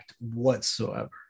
whatsoever